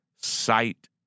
sight